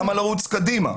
למה לרוץ קדימה?